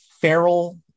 feral